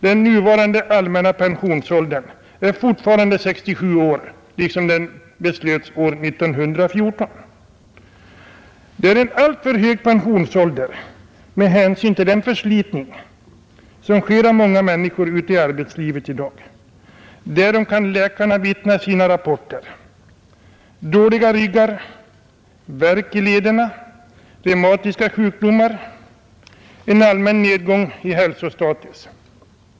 Den allmänna pensionsåldern är fortfarande 67 år liksom då den beslöts 1914. Det är en alltför hög pensionsålder med hänsyn till den förslitning av människor som sker i arbetslivet i dag. Därom kan läkarna vittna i sina rapporter: dåliga ryggar, värk i lederna, reumatiska sjukdomar, en allmän nedgång i hälsostatus.